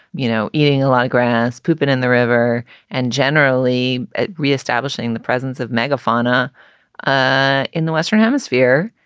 you know, eating a lot of grass, pooping in the river and generally reestablishing the presence of megafauna ah in the western hemisphere.